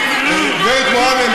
גברת מועלם,